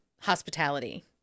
hospitality